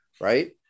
Right